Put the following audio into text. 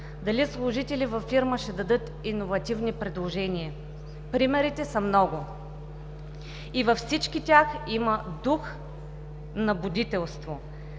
дали служители във фирма ще дадат иновативно предложение – примерите са много и във всички тях има дух на будителство.